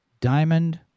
Diamond